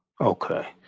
Okay